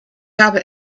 habe